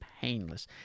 painless